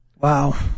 Wow